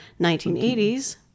1980s